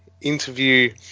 interview